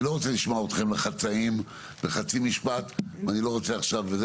אני לא רוצה לשמוע אתכם חצאים בחצי משפט ואני לא רוצה עכשיו וזה,